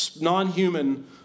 non-human